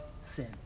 sin